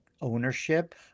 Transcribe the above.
ownership